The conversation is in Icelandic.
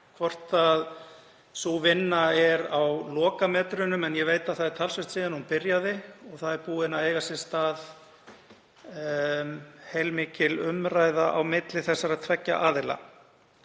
hvort sú vinna er á lokametrunum en ég veit að það er talsvert síðan hún byrjaði og átt hefur sér stað heilmikil umræða á milli þessara tveggja aðila.